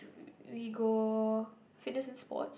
we we go fitness and sports